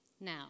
Now